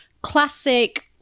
classic